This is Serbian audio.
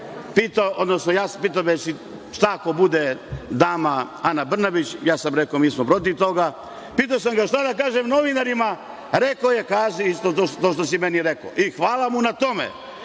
pitao me je: „Šta ako bude dama Ana Brnabić“, ja sam rekao: „Mi smo protiv toga“. Pitao sam ga: „Šta da kažem novinarima?“. Rekao je: „Kaži isto to što si meni rekao“ i hvala mu na tome.